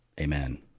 Amen